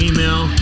Email